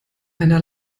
einer